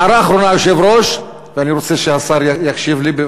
הערה אחרונה, היושב-ראש, ואני רוצה שהשר יקשיב לי.